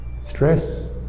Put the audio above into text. stress